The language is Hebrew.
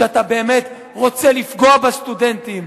שאתה באמת רוצה לפגוע בסטודנטים.